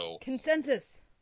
Consensus